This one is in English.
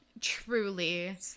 Truly